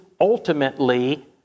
ultimately